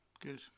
Good